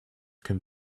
can